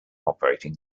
operating